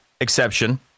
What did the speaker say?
exception